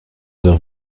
odeur